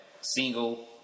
single